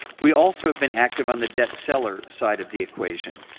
we also have been active on the debt seller side of the equation.